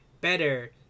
better